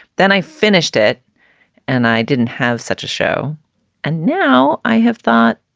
then i finished it and i didn't have such a show and now i have thought,